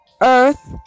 earth